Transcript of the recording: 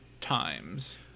times